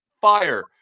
Fire